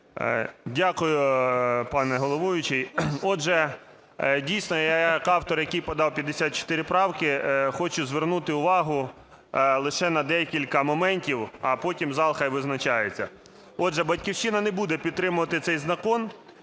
Дякую, пане головуючий. Отже, дійсно, я як автор, який подав 54 правки, хочу звернути увагу лише на декілька моментів, а потім зал хай визначається. Отже, "Батьківщина" не буде підтримувати цей закон,